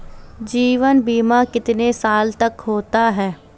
जीवन बीमा कितने साल तक का होता है?